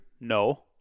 no